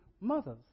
mothers